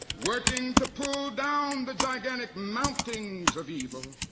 working to pull down the gigantic mountains of evil,